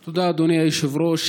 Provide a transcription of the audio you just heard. תודה, אדוני היושב-ראש.